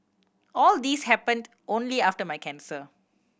all these happened only after my cancer